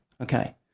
Okay